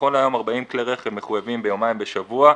נכון להיום 40 כלי רכב מחויבים ביומיים בשבוע.